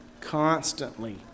constantly